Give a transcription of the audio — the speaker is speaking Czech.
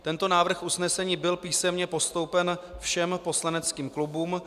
Tento návrh usnesení byl písemně postoupen všem poslaneckým klubům.